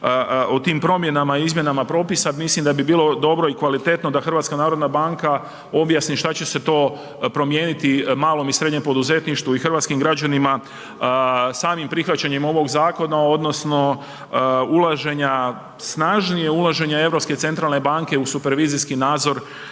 o tim promjenama i izmjenama propisa, mislim da bi bilo dobro i kvalitetno da HNB objasni šta će se to promijeniti malom i srednjem poduzetništvu i hrvatskim građanima samim prihvaćanjem ovog zakona odnosno snažnije ulaženje Europske centralne banke u supervizijski nadzor